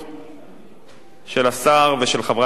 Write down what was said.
של השר ושל חברת הכנסת ליה שמטוב.